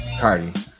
Cardi